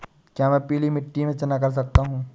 क्या मैं पीली मिट्टी में चना कर सकता हूँ?